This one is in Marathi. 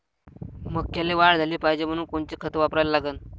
मक्याले वाढ झाली पाहिजे म्हनून कोनचे खतं वापराले लागन?